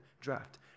draft